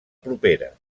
propera